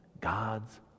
God's